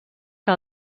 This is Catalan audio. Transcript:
que